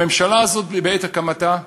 הממשלה הזאת בעת הקמתה החליטה,